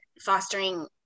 fostering